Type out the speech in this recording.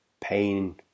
pain